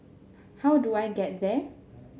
how do I get there